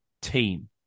team